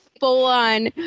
full-on